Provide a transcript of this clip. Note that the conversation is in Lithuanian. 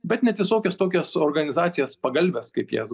bet net visiokias tokias organizacijas pagalves kaip jas